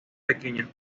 pequeños